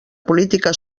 política